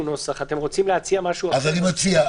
-- אני מציע,